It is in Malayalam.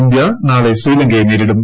ഇന്ത്യ നാളെ ശ്രീലങ്കയെ നേരിടും